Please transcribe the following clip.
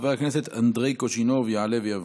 חבר הכנסת אדרי קוז'ינוב יעלה ויבוא.